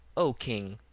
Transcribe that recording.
o king,